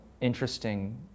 interesting